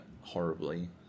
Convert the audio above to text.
Horribly